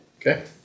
Okay